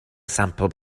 sampl